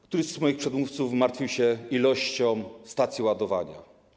Któryś z moich przedmówców martwił się liczbą stacji ładowania.